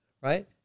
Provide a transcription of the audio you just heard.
right